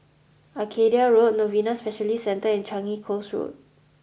Arcadia Road Novena Specialist Centre and Changi Coast Road